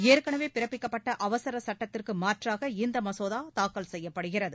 ஏற்கனவே பிறப்பிக்கப்பட்ட அவசர சட்டத்திற்கு மாற்றாக இந்த மசோதா தாக்கல் செய்யப்படுகிறது